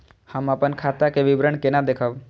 हम अपन खाता के विवरण केना देखब?